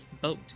boat